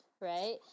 right